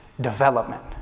development